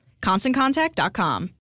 ConstantContact.com